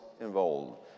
involved